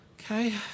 Okay